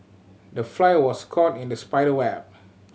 the fly was caught in the spider web